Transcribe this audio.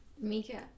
Mika